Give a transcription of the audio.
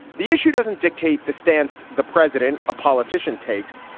the issue doesn't dictate the stance the president a politician takes.